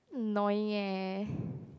annoying eh